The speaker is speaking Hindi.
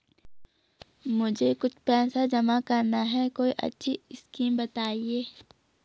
मुझे कुछ पैसा जमा करना है कोई अच्छी स्कीम बताइये?